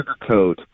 sugarcoat